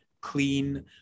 clean